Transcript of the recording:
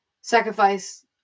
sacrifice